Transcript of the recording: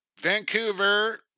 Vancouver